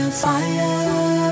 fire